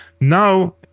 Now